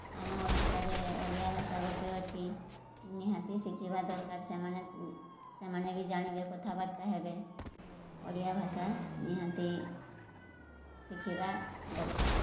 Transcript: ଆମ ଓଡ଼ିଶାରେ ଓଡ଼ିଆ ଭାଷା ଗୋଟେ ଅଛି ନିହାତି ଶିଖିବା ଦରକାର ସେମାନେ ସେମାନେ ବି ଜାଣିବେ କଥାବାର୍ତ୍ତା ହେବେ ଓଡ଼ିଆ ଭାଷା ନିହାତି ଶିଖିବା ଦରକାର